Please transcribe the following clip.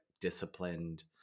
disciplined